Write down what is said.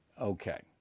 Okay